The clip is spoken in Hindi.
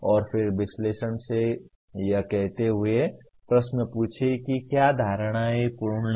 और फिर विश्लेषण से यह कहते हुए प्रश्न पूछें कि क्या धारणाएँ पूर्ण हैं